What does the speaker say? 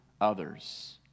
others